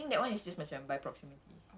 I don't know how though but